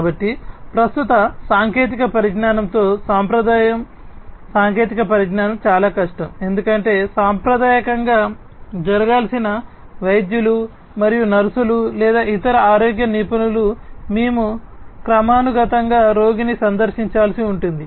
కాబట్టి ప్రస్తుత సాంకేతిక పరిజ్ఞానంతో సాంప్రదాయ సాంకేతిక పరిజ్ఞానం చాలా కష్టం ఎందుకంటే సాంప్రదాయకంగా జరగాల్సినది వైద్యులు మరియు నర్సులు లేదా ఇతర ఆరోగ్య నిపుణులు మేము క్రమానుగతంగా రోగిని సందర్శించాల్సి ఉంటుంది